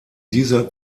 dieser